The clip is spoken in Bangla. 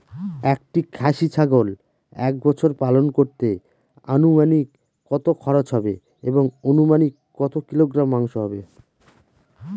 একটি খাসি ছাগল এক বছর পালন করতে অনুমানিক কত খরচ হবে এবং অনুমানিক কত কিলোগ্রাম মাংস হবে?